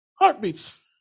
heartbeats